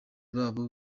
babo